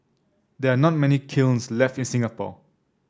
there are not many kilns left in Singapore